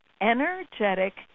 energetic